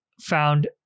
found